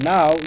Now